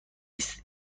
است